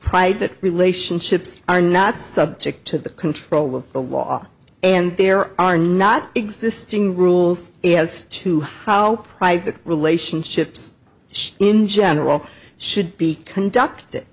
that relationships are not subject to the control of the law and there are not existing rules as to how private relationships in general should be conduct